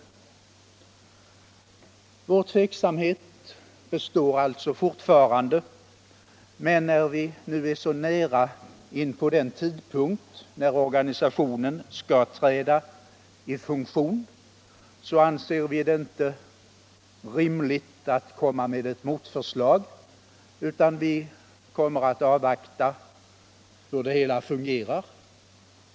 Vår tveksamhet består alltså fortfarande, men när vi nu är så nära den tidpunkt då organisationen skall träda i funktion anser vi det inte rimligt att komma med ett motförslag, utan vi kommer att avvakta hur det hela fungerar.